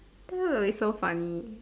that will be so funny